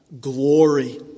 glory